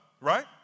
right